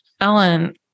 Ellen